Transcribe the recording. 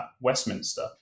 Westminster